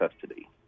custody